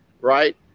Right